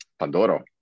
pandoro